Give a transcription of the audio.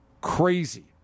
crazy